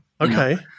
Okay